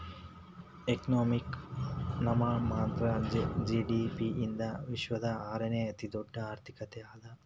economy ನಾಮಮಾತ್ರದ GDP ಯಿಂದ ವಿಶ್ವದ ಆರನೇ ಅತಿದೊಡ್ಡ್ ಆರ್ಥಿಕತೆ ಅದ